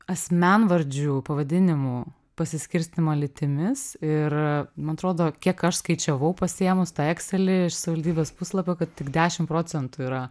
asmenvardžių pavadinimų pasiskirstymą lytimis ir man atrodo kiek aš skaičiavau pasiėmus tą ekscelį iš savivaldybės puslapio kad tik dešim procentų yra